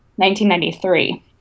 1993